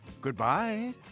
Goodbye